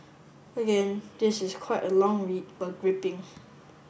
again this is quite a long read but gripping